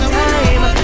time